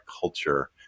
culture